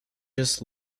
just